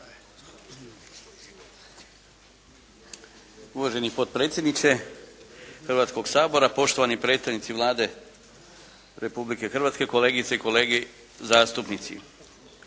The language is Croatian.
Uvaženi potpredsjedniče Hrvatskog sabora, poštovani predstavnici Vlade Republike Hrvatske, kolegice i kolege zastupnici.